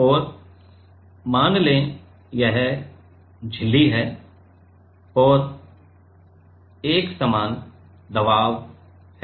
और मान लें कि यह झिल्ली और एक समान दबाव है